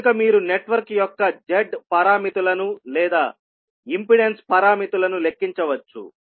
కనుకమీరు network యొక్క z పారామితులను లేదా ఇంపెడెన్స్ పారామితులను లెక్కించవచ్చు